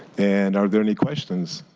and are there any questions?